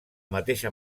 mateixa